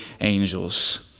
angels